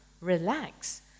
relax